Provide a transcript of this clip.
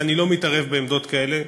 ואני לא מתערב בעמדות כאלה,